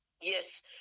Yes